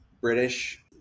British